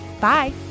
Bye